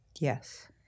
Yes